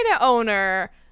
owner